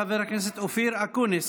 תודה, חבר הכנסת אופיר אקוניס.